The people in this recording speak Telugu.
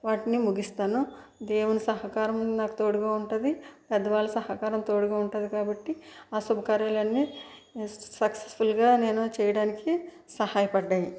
వాటిని ముగిస్తాను దేవుని సహకారం నాకు తోడుగా ఉంటుంది పెద్దవాళ్ళ సహకారం నాకు తోడుగా ఉంటుంది కాబట్టి ఆ శుభకార్యాలన్ని సక్సెస్ఫుల్గా నేను చేయడానికి సహాయపడ్డాయి